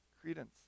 credence